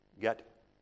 get